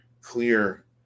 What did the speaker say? clear